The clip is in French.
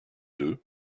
deux